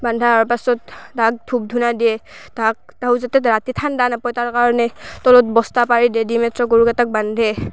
বন্ধাৰ পাছত তাহাক ধূপ ধূনা দিয়ে তাহাক তাহু যাতে ৰাতি ঠাণ্ডা নাপায় তাৰকাৰণে তলত বস্তা পাৰি দেই দি মাত্ৰ গৰুকেইটাক বান্ধে